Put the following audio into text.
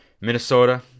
Minnesota